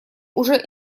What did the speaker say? уже